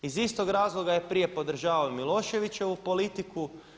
Iz istog razloga je prije podržavao i Miloševićevu politiku.